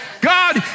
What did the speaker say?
God